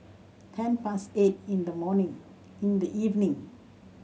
ten past eight in the morning in the evening